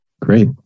Great